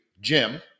Jim